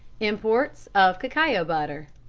imports of cacao butter.